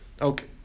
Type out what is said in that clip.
Okay